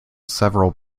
several